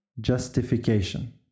Justification